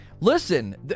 listen